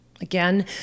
again